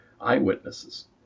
eyewitnesses